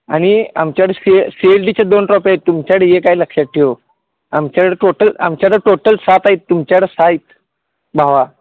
आणि आमच्याकडे C C S डीच्या दोन ट्राॅप्या आहेत तुमच्याकडे एक आहे लक्षात ठेव आमच्याकडं टोटल आमच्याकडं टोटल सात आहेत तुमच्याकडं सहा आहेत भावा